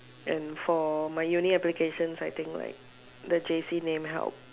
and for my uni application I think like the J_C name help